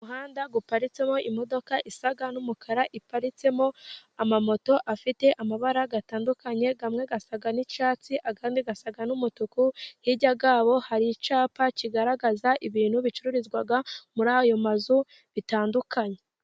Umuhanda uparitseho imodoka isa n'umukara, uparitsemo amamoto afite amabara atandukanye, amwe asa n'icyatsi, andi asa n'umutuku, hirya yaho, hari icyapa kigaragaza ibintu bicururizwa muri ayo mazu bitandukanye.